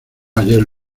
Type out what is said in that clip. ayer